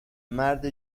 مرد